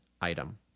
item